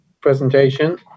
presentation